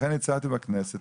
לכן הצעתי בכנסת